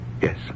Yes